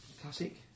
classic